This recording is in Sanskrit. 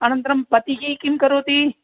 अनन्तरं पतिः किं करोति